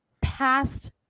past